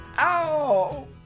Ow